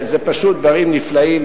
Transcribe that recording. זה פשוט דברים נפלאים,